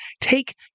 take